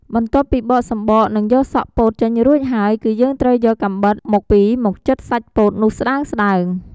បន្ទាប់ពីបកសំបក និងយកសក់ពោតចេញរួចហើយគឺយើងត្រូវយកកាំបិតមុខពីរមកចិតសាច់ពោតនោះស្ដើងៗ។